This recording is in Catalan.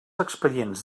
expedients